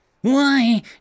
Why